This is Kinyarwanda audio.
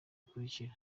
bikurikira